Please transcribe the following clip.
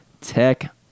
tech